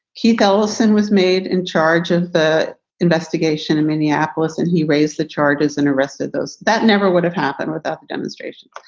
keith ellison was made in charge of the investigation in minneapolis and he raised the charges and arrested those that never would have happened without the demonstration.